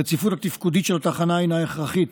הרציפות התפקודית של התחנה היא הכרחית